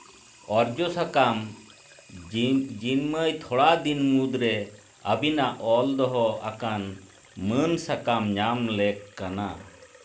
ᱚᱨᱡᱚ ᱥᱟᱠᱟᱢ ᱡᱤᱱᱢᱟᱹᱭ ᱛᱷᱚᱲᱟ ᱫᱤᱱ ᱢᱩᱫᱽᱨᱮ ᱟᱹᱵᱤᱱᱟᱜ ᱚᱞ ᱫᱚᱦᱚ ᱟᱠᱟᱱ ᱢᱟᱹᱱ ᱥᱟᱠᱟᱢ ᱧᱟᱢ ᱞᱮᱠ ᱠᱟᱱᱟ